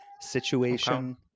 situation